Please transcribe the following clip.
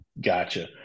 gotcha